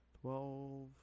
twelve